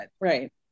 right